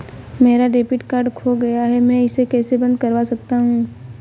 मेरा debit card खो गया है मैं इसे कैसे बंद करवा सकता हूँ?